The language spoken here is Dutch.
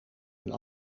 een